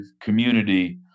community